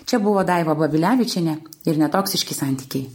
čia buvo daiva babilevičienė ir netoksiški santykiai